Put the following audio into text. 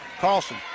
Carlson